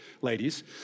ladies